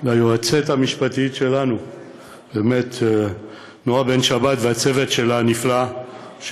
ליועצת המשפטית שלנו נועה בן-שבת ולצוות הנפלא שלה,